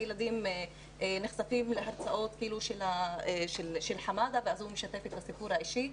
הילדים נחשפים להרצאות של חמאדה ואז הוא משתף את הסיפור האישי שלו.